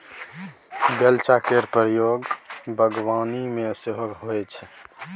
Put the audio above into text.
बेलचा केर प्रयोग बागबानी मे सेहो होइ छै